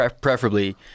preferably